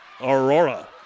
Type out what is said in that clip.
Aurora